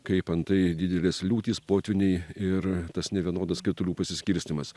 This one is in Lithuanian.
kaip antai didelės liūtys potvyniai ir tas nevienodas kritulių pasiskirstymas